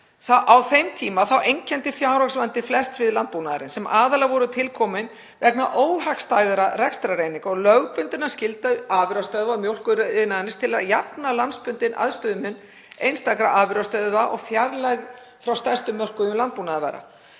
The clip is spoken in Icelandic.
Á þeim tíma einkenndi fjárhagsvandi flest svið landbúnaðarins sem aðallega var til kominn vegna óhagstæðra rekstrareininga og lögbundinnar skyldu afurðastöðva og mjólkuriðnaðarins til þess að jafna landsbundinn aðstöðumun einstakra afurðastöðva og fjarlægð frá stærstu mörkuðum landbúnaðarvara.